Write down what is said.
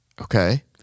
Okay